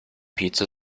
pizza